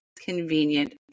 convenient